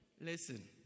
Listen